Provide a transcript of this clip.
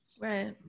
Right